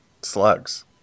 slugs